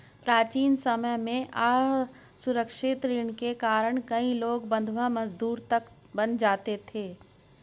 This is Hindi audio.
प्राचीन समय में असुरक्षित ऋण के कारण कई लोग बंधवा मजदूर तक बन जाते थे